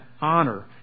honor